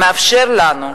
מאפשר לנו,